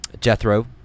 Jethro